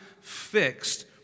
fixed